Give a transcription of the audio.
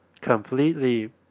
completely